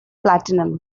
platinum